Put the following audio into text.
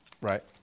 Right